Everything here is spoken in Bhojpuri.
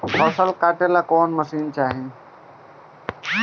फसल काटेला कौन मशीन चाही?